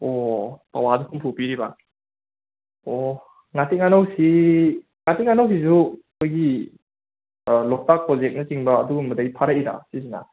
ꯑꯣ ꯄꯋꯥꯗ ꯍꯨꯝꯐꯨ ꯄꯤꯔꯤꯕ ꯑꯣꯍ ꯉꯥꯇꯦꯛ ꯉꯥꯅꯧꯁꯤ ꯉꯥꯇꯦꯛ ꯉꯥꯅꯧꯁꯤꯖꯨ ꯑꯩꯈꯣꯏꯒꯤ ꯂꯣꯛꯇꯥꯛ ꯄ꯭ꯔꯣꯖꯦꯛꯅꯆꯤꯡꯕ ꯑꯗꯨꯒꯨꯝꯕꯗꯩ ꯐꯥꯔꯛꯏꯔꯥ ꯁꯤꯁꯤꯅꯥ